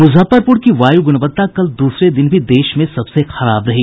मुजफ्फरपुर की वायु गुणवत्ता कल दूसरे दिन भी देश में सबसे खराब रही